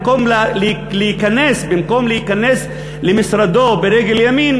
במקום להיכנס למשרדו ברגל ימין,